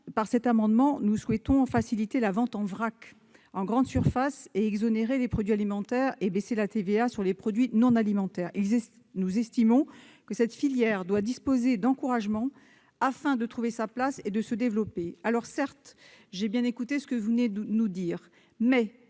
Par cet amendement, nous souhaitons faciliter la vente en vrac en grande surface, exonérer les produits alimentaires et baisser la TVA sur les produits non alimentaires. Nous estimons que cette filière doit être encouragée afin de trouver sa place et se développer. Certes, j'ai bien écouté ce qui vient d'être dit, mais